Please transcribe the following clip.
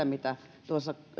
mitä tuossa